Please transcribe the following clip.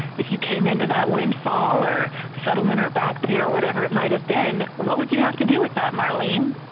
if you came into that winfall or settlement or backpay or whatever it might've been, what would you have to do with that, marlene?